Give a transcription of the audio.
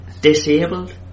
Disabled